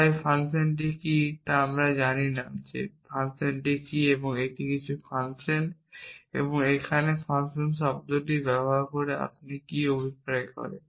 তাই এই ফাংশনটি কী তা আমরা জানি না যে ফাংশনটি কী এটি কিছু ফাংশন এবং এখানে ফাংশন শব্দটি ব্যবহার করে আমরা কী অভিপ্রায় করি